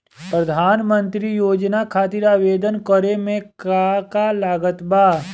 प्रधानमंत्री योजना खातिर आवेदन करे मे का का लागत बा?